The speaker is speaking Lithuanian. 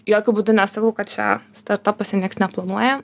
jokiu būdu nesakau kad čia startapuose nieks neplanuoja